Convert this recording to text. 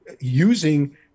using